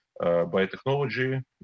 biotechnology